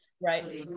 right